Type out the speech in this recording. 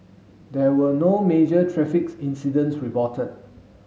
there were no major traffic incidents reported